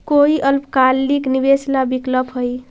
कोई अल्पकालिक निवेश ला विकल्प हई?